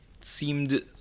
seemed